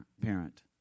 parent